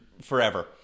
forever